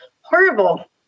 horrible